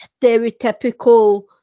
stereotypical